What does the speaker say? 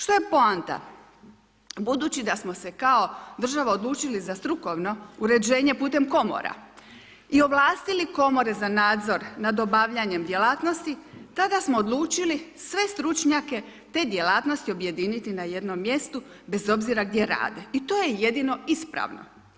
Što je poanta budući da smo se kao država odlučili za strukovno uređenje putem komora i ovlastili komore za nadzor nad obavljanjem djelatnosti tada smo odlučili sve stručnjake te djelatnosti objedini na jednom mjestu bez obzira gdje rade i to je jedino ispravno.